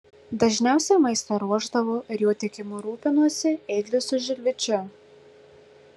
dažniausiai maistą ruošdavo ir jo tiekimu rūpinosi ėglis su žilvičiu